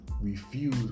Refuse